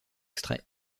extraits